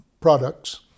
products